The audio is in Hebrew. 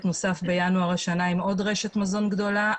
נוסף בינואר 2021 עם עוד רשת מזון גדולה.